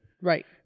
Right